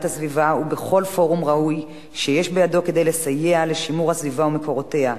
הסביבה ובכל פורום ראוי שיש בידו כדי לסייע לשימור הסביבה ומקורותיה,